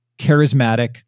charismatic